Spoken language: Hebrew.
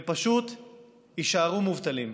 הם פשוט יישארו מובטלים.